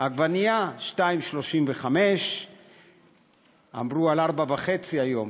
עגבנייה 2.35. אמרו על 4.5 היום,